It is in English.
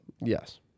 Yes